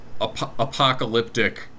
apocalyptic